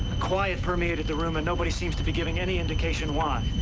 quiet permeated the room and nobody seems to be givin any and incation why.